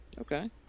okay